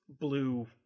blue